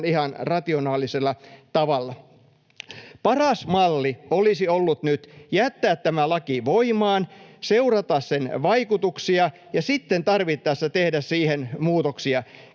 ihan rationaalisella tavalla. Paras malli olisi ollut nyt jättää tämä laki voimaan, seurata sen vaikutuksia ja sitten tarvittaessa tehdä siihen muutoksia.